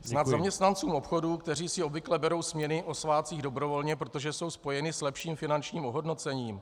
Snad zaměstnancům obchodu, kteří si obvykle berou směny o svátcích dobrovolně, protože jsou spojeny s lepším finančním ohodnocením?